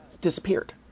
disappeared